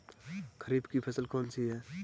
खरीफ की फसल कौन सी है?